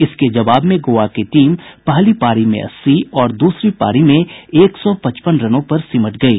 इसके जवाब में गोवा की टीम पहली पारी में अस्सी और दूसरी पारी में एक सौ पचपन रनों पर सिमट गयी